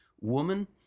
woman